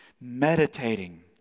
meditating